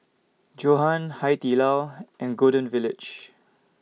Johan Hai Di Lao and Golden Village